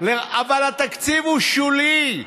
אבל התקציב הוא שולי.